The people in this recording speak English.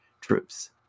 troops